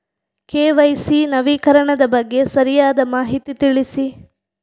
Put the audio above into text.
KYC ನವೀಕರಣದ ಬಗ್ಗೆ ಸರಿಯಾದ ಮಾಹಿತಿ ತಿಳಿಸಿ?